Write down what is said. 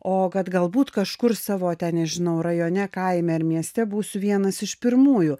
o kad galbūt kažkur savo ten nežinau rajone kaime ar mieste būsiu vienas iš pirmųjų